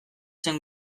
zen